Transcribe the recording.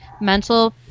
mental